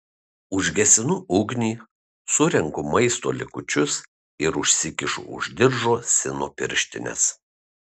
užgesinu ugnį surenku maisto likučius ir užsikišu už diržo sino pirštines